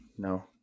No